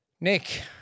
Nick